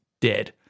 dead